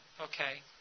Okay